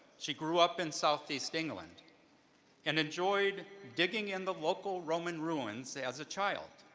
she grew up in southeast england and enjoyed digging in the local roman ruins as a child.